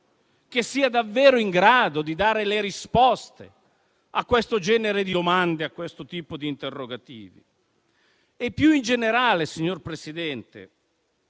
che sia davvero in grado di dare le risposte a questo genere di domande, a questo tipo di interrogativi. Più in generale, signor Presidente,